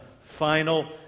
final